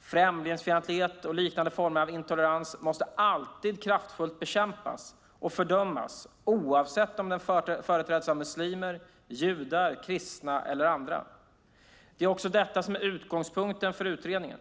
Främlingsfientlighet och liknande former av intolerans måste alltid kraftfullt bekämpas och fördömas oavsett om den företräds av muslimer, judar, kristna eller andra. Det är också detta som är utgångspunkten för utredningen.